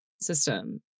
system